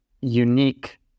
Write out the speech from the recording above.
unique